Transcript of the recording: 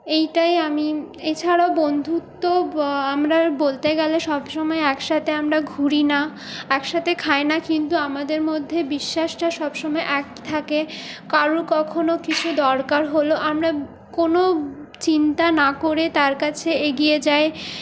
এইটাই আমি এছাড়াও বন্ধুত্ব ব আমরা বলতে গেলে সবসময় একসাথে আমরা ঘুরি না একসাথে খাই না কিন্তু আমাদের মধ্যে বিশ্বাসটা সবসময় এক থাকে কারু কখনও কিছু দরকার হল আমরা কোনও চিন্তা না করে তার কাছে এগিয়ে যাই